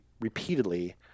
repeatedly